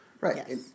Right